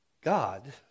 God